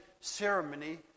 ceremony